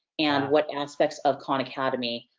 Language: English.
and what aspects of khan academy,